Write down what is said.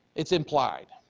it's implied.